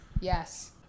Yes